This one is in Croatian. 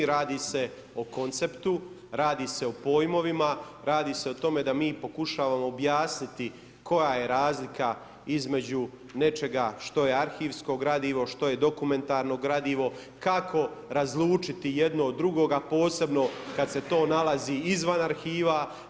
Radi se o konceptu, radi se o pojmovima, radi se o tome da mi pokušavamo objasniti koja je razlika između nečega što je arhivsko gradivo, što je dokumentarno gradivo, kako razlučiti jedno od drugoga, posebno kad se to nalazi izvan arhiva.